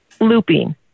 looping